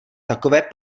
takové